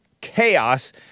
chaos